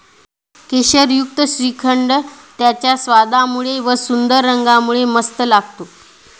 केशरयुक्त श्रीखंड त्याच्या स्वादामुळे व व सुंदर रंगामुळे मस्त लागते